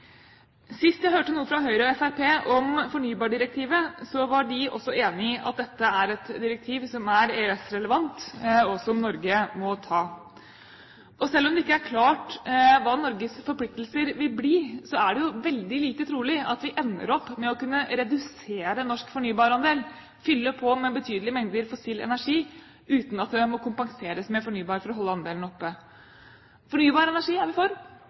Sist jeg hørte noe fra Høyre og Fremskrittspartiet om fornybardirektivet, var de også enige i at dette er et direktiv som er EØS-relevant, og som Norge må ta. Selv om det ikke er klart hva Norges forpliktelser vil bli, er det veldig lite trolig at vi ender opp med å kunne redusere norsk fornybarandel, fylle på med betydelige mengder fossil energi, uten at det må kompenseres med fornybar for å holde andelen oppe. Fornybar energi er vi for